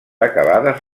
acabades